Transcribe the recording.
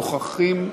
נוכחים,